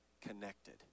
connected